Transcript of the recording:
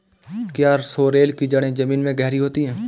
क्या सोरेल की जड़ें जमीन में गहरी होती हैं?